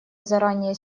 заранее